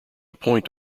point